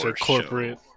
corporate